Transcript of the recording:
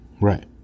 Right